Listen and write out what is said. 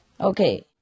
Okay